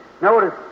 Notice